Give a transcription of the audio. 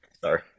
sorry